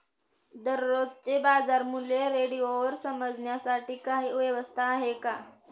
दररोजचे बाजारमूल्य रेडिओवर समजण्यासाठी काही व्यवस्था आहे का?